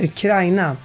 Ukraina